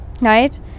right